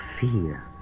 fear